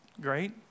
great